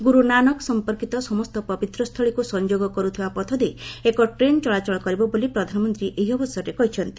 ଗୁରୁ ନାନକ ସମ୍ପର୍କିତ ସମସ୍ତ ପବିତ୍ରସ୍ଥଳୀକୁ ସଂଯୋଗ କରୁଥିବା ପଥ ଦେଇ ଏକ ଟ୍ରେନ୍ ଚଳାଚଳ କରିବ ବୋଲି ପ୍ରଧାନମନ୍ତ୍ରୀ ଏହି ଅବସରରେ କହିଛନ୍ତି